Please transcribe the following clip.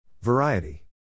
Variety